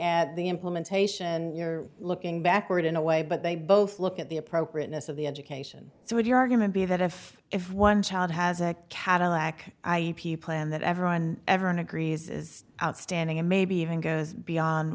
at the implementation and you're looking backward in a way but they both look at the appropriateness of the education so would your argument be that if if one child has a cadillac plan that everyone everyone agrees is outstanding and maybe even goes beyond